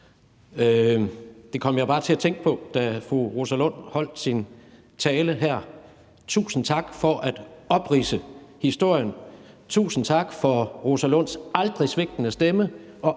Det kom jeg bare til at tænke på, da fru Rosa Lund holdt sin tale her. Tusind tak for at opridse historien. Tusind tak for fru Rosa Lunds aldrig svigtende stemme